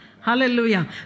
Hallelujah